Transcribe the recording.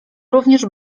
również